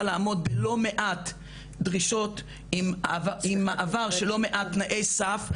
ולעמוד בלא מעט דרישות עם מעבר שלא מעט תנאיי סף,